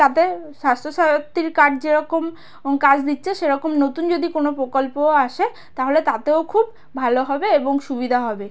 তাতে স্বাস্থ্যসাথীর কার্ড যেরকম কাজ দিচ্ছে সেরকম নতুন যদি কোনো প্রকল্পও আসে তাহলে তাতেও খুব ভালো হবে এবং সুবিধা হবে